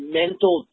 mental